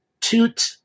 toot